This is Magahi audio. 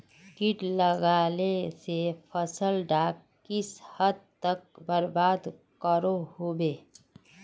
किट लगाले से फसल डाक किस हद तक बर्बाद करो होबे?